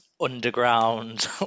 underground